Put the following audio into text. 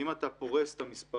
אם אתה פורס את המספרים,